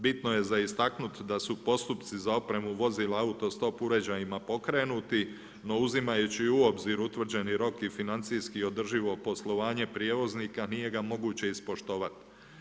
Bitno je za istaknuti da su postupci za opremu vozila auto stop uređajima pokrenuti, no uzimajući u obzir u utvrđeni rok i financijsko održivo poslovanje prijevoznika nije ga moguće ispoštovati.